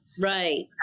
Right